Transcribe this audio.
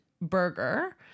burger